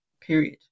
period